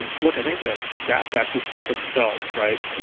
and look, i think the stats actually speak for themselves, right?